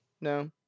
No